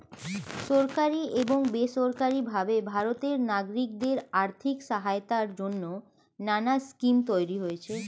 সরকারি এবং বেসরকারি ভাবে ভারতের নাগরিকদের আর্থিক সহায়তার জন্যে নানা স্কিম তৈরি হয়েছে